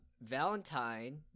Valentine